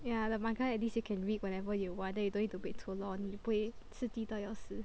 ya the manga at least you can read whenever you want then you don't need to wait so long 你不会刺激到要死